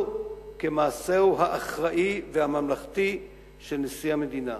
כמעשהו האחראי והממלכתי של נשיא המדינה.